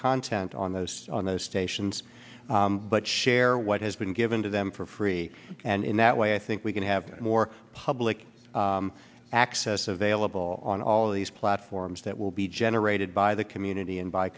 content on those on those stations but share what has been given to them for free and in that way i think we can have more public access available on all of these platforms that will be generated by the community and b